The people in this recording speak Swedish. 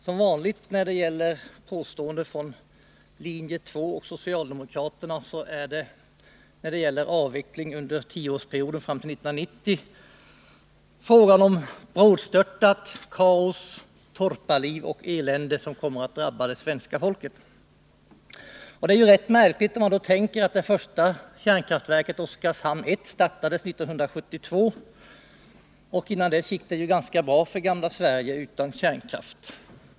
Som vanligt från linje 2 och socialdemokraterna påstod också nu Olof Palme att en avveckling under en tioårsperiod fram till 1990 skulle medföra att brådstörtat kaos, torparliv och elände kommer att drabba det svenska folket. Det är ju rätt märkligt, när man betänker att det första kärnkraftverket Oskarshamn 1 startades 1972 och att det innan dess gick ganska bra för gamla Sverige utan kärnkraft.